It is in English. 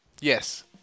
Yes